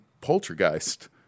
Poltergeist